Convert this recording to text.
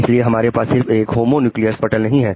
इसलिए हमारे पास सिर्फ एक होमोन्यूक्लियर पटल नहीं है